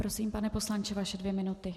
Prosím, pane poslanče, vaše dvě minuty.